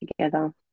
together